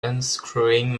unscrewing